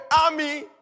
army